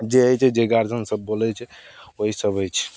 जे होइ छै जे गार्जिअनसभ बोलै छै वएहसब होइ छै